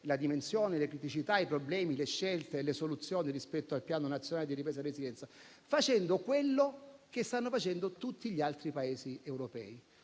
la dimensione, le criticità, i problemi, le scelte e le soluzioni rispetto al Piano nazionale di ripresa resilienza, facendo quindi quello che stanno facendo tutti gli altri Paesi europei.